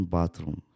Bathroom